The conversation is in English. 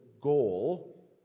goal